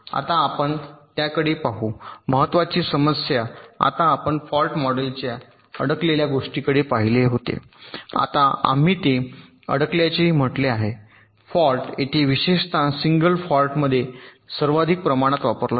आता आपण त्याकडे पाहू महत्वाची समस्या आता आम्ही फॉल्ट मॉडेलच्या अडकलेल्या गोष्टीकडे पाहिले होते आणि आम्ही ते अडकल्याचेही म्हटले आहे फॉल्ट येथे विशेषतः सिंगल फॉल्टमध्ये सर्वाधिक प्रमाणात वापरला जातो